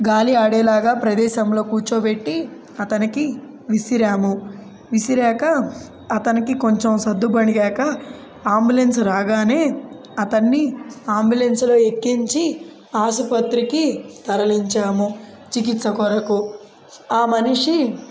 గాలి ఆడేలాగా ప్రదేశంలో కూర్చోబెట్టి అతనికి విసిరాము విసిరాక అతనికి కొంచెం సద్దుమణిగాక ఆంబులెన్స్ రాగానే అతన్ని ఆంబులెన్స్కి ఎక్కించి ఆసుపత్రికి తరలించాము చికిత్స కొరకు ఆ మనిషి